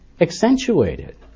accentuated